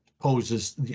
poses